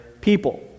people